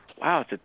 wow